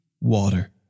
water